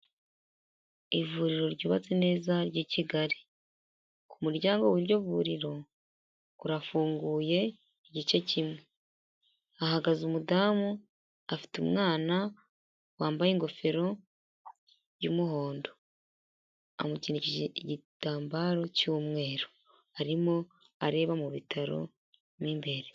Ivuriro ryubatse neza ry'i Kigali, ku muryango w'iryo vuriro urafunguye igice kimwe, hahagaze umudamu afite umwana, wambaye ingofero y'umuhondo, amukindikije igitambaro cy'umweru, arimo areba mu bitaro mu imbere.